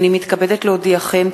הנני מתכבדת להודיעכם,